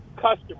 customer